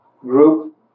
group